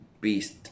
beast